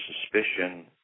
suspicion